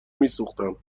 میسوختم